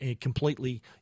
completely